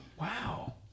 Wow